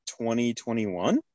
2021